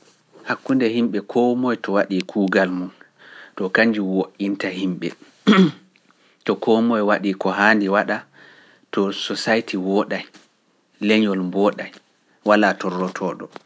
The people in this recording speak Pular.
Hakkunde yimɓe koo moye to waɗi kuugal mum, to kañum woɗinta yimɓe, to koo moye waɗi ko haandi waɗa, to society wooɗay, leñol mbooɗay, walaa torrotooɗo.